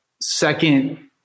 second